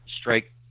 strike